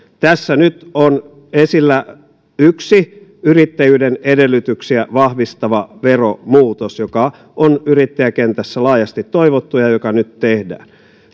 tässä nyt on esillä yksi yrittäjyyden edellytyksiä vahvistava veromuutos joka on yrittäjäkentässä laajasti toivottu ja joka nyt tehdään